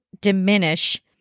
diminish